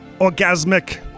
Orgasmic